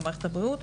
מערכת הבריאות,